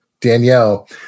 Danielle